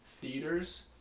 theaters